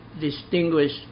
Distinguished